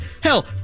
Hell